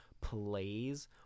plays